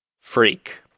Freak